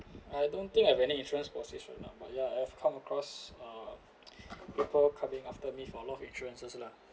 I don't think I have any insurance policies from now but ya I have come across uh people coming after me for a lot of insurances lah